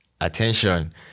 Attention